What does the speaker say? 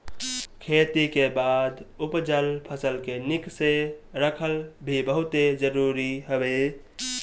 खेती के बाद उपजल फसल के निक से रखल भी बहुते जरुरी हवे